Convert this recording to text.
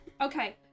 Okay